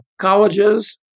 colleges